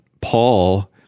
Paul